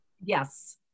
Yes